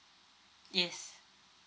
yes